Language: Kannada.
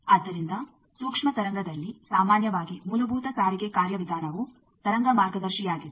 ಆದ್ದರಿಂದ ಸೂಕ್ಷ್ಮ ತರಂಗದಲ್ಲಿ ಸಾಮಾನ್ಯವಾಗಿ ಮೂಲಭೂತ ಸಾರಿಗೆ ಕಾರ್ಯವಿಧಾನವು ತರಂಗ ಮಾರ್ಗದರ್ಶಿಯಾಗಿದೆ